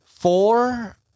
Four